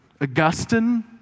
Augustine